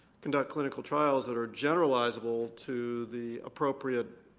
conduct clinical trials that are generalizable to the appropriate